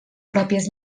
pròpies